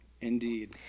Indeed